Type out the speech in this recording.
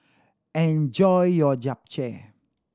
enjoy your Japchae